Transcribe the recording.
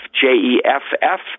J-E-F-F